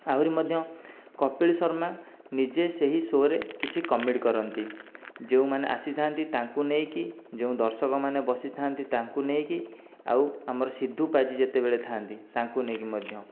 ଆଉରି ମଧ୍ୟ କପିଲ୍ ଶର୍ମା ନିଜେ ସେହି ସୋ'ରେ କିଛି କମେଡି କରନ୍ତି ଯେଉଁମାନେ ଆସିଥାନ୍ତି ତାଙ୍କୁ ନେଇକି ଯେଉଁ ଦର୍ଶକମାନେ ବସିଥାନ୍ତି ତାଙ୍କୁ ନେଇକି ଆଉ ଆମର ସିଧୁ ପାଜୀ ଯେତେବେଳେ ଥାଆନ୍ତି ତାଙ୍କୁ ନେଇକି ମଧ୍ୟ